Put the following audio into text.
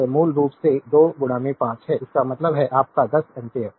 तो मूल रूप से 2 5 है इसका मतलब है आपका 10 एम्पीयर